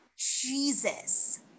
Jesus